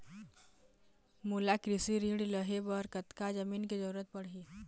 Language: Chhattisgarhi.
मोला कृषि ऋण लहे बर कतका जमीन के जरूरत पड़ही?